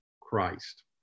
Christ